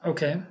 Okay